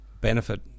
benefit